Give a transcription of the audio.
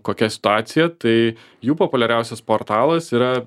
kokia situacija tai jų populiariausias portalas yra